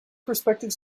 prospective